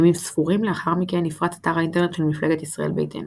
ימים ספורים לאחר מכן נפרץ אתר האינטרנט של מפלגת ישראל ביתנו.